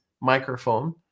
microphone